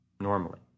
normally